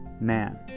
man